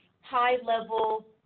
high-level